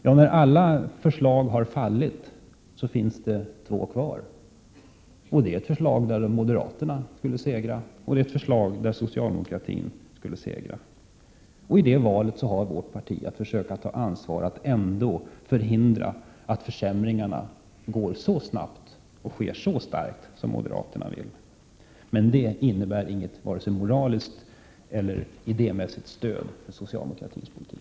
Men när alla andra förslag fallit och det bara finns kvar ett förslag från moderaterna och ett från socialdemokratin, då måste vårt parti ta ansvar för att ändå förhindra att förändringarna går så snabbt och sker så omfattande som moderaterna vill. Men det innebär inte att vi moraliskt eller idémässigt utgör stöd för socialdemokratin.